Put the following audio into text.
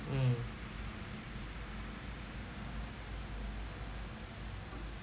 mm